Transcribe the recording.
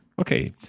Okay